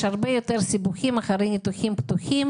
הרבה יותר סיבוכים אחרי ניתוחים פתוחים.